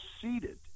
seated